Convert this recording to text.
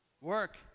Work